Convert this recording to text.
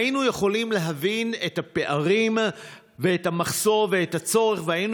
היינו יכולים להבין את הפערים ואת המחסור ואת הצורך והיינו